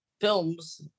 films